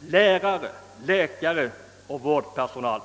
lärare, läkare och vårdpersonal.